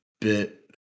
bit